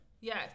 Yes